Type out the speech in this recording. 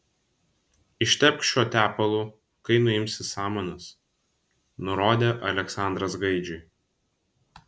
ištepk šiuo tepalu kai nuimsi samanas nurodė aleksandras gaidžiui